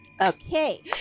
Okay